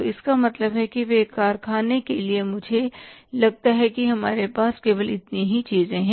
तो इसका मतलब है कि वे कारखाने के लिए मुझे लगता है कि हमारे पास केवल इतनी है चीजें हैं